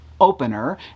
opener